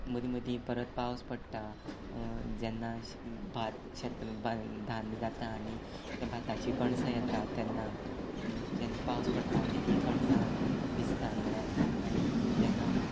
मदीं मदीं परत पावस पडटा जेन्ना भात शेत धान्य जाता आनी त्या भाताचीं कणसां येतात तेन्ना जेन्ना पावस पडटा आनी तीं कणसां भिजतात म्हणल्यार आनी जेन्ना